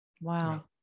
wow